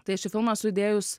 tai aš į filmą sudėjus